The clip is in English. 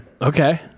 okay